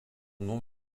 nom